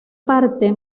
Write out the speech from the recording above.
parte